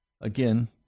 Again